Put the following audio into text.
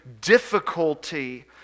difficulty